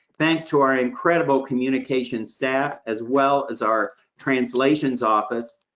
thanks to our incredible communications staff, as well as our translations office,